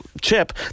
chip